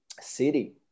city